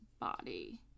body